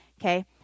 Okay